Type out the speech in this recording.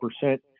percent